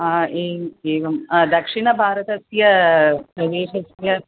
एवं दक्षिणभारतस्य प्रदेशस्य